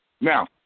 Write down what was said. Now